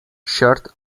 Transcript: shortly